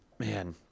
Man